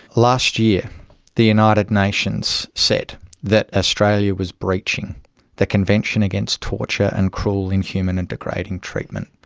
last year the united nations said that australia was breaching the convention against torture and cruel, inhuman and degrading treatment.